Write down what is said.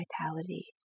vitality